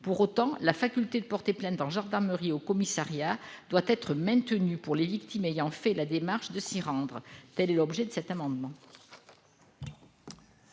Pour autant, la faculté de porter plainte en gendarmerie ou au commissariat doit être maintenue pour les victimes ayant fait la démarche de s'y rendre. Tel est l'objet de cet amendement.